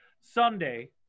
Sunday